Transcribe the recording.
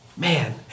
Man